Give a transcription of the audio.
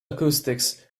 acoustics